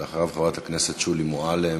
אחריו, חברת הכנסת שולי מועלם.